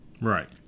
right